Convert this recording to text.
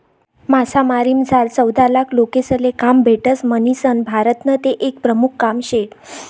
मासामारीमझार चौदालाख लोकेसले काम भेटस म्हणीसन भारतनं ते एक प्रमुख काम शे